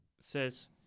says